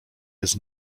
jest